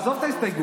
עזוב את ההסתייגות,